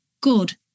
good